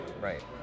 right